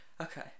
okay